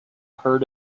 heard